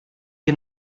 che